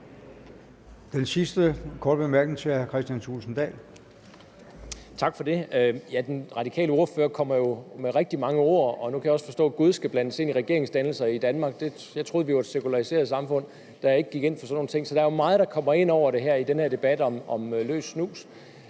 Thulesen Dahl. Kl. 11:07 Kristian Thulesen Dahl (DF): Tak for det. Den Radikale ordfører kommer jo med rigtig mange ord. Nu kan jeg også forstå, at Gud skal blandes ind i regeringsdannelsen i Danmark. Jeg troede, vi var et sekulariseret samfund, der ikke gik ind for sådan nogle ting, så der er meget, der kommer ind over i den her debat om løs snus.